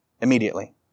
immediately